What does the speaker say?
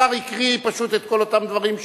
השר הקריא פשוט את כל אותם דברים,